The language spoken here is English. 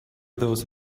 those